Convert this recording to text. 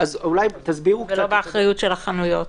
ולא באחריות של החנויות?